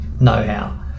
know-how